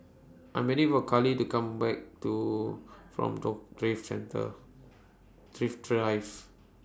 I'm waiting For Karly to Come Back to from Thrift Centre Thrift Drive